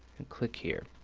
and click here.